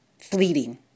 fleeting